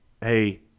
Hey